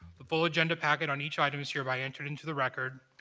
the full agenda packet on each item is hereby entered into the record.